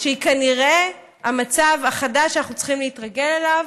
שהיא כנראה המצב החדש שאנחנו צריכים להתרגל אליו.